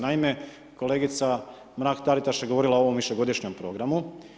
Naime, kolegica Mrak-Taritaš je govorila o ovom višegodišnjem programu.